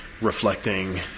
reflecting